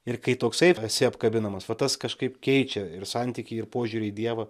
ir kai toksai esi apkabinamas va tas kažkaip keičia ir santykį ir požiūrį į dievą